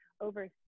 over